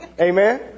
Amen